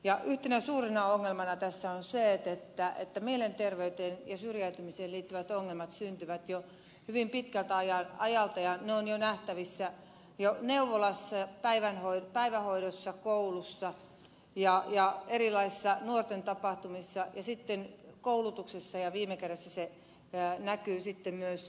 ja yhtenä suurena ongelmana tässä on se että mielenterveyteen ja syrjäytymiseen liittyvät ongelmat syntyvät jo hyvin pitkältä ajalta ja ne ovat jo nähtävissä neuvolassa päivähoidossa koulussa ja erilaisissa nuorten tapahtumissa ja sitten koulutuksessa ja viime kädessä se näkyy sitten myös työelämässä